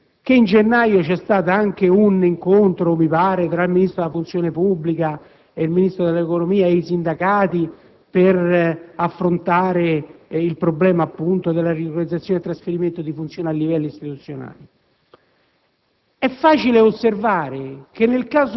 Voglio aggiungere che in gennaio vi è stato anche un incontro tra il Ministro per la funzione pubblica, il Ministro dell'economia e i sindacati per affrontare il problema della riorganizzazione del trasferimento di funzioni a livelli istituzionali.